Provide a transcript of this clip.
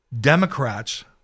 Democrats